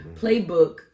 Playbook